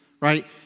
right